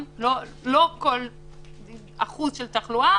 לא כל אחוז של תחלואה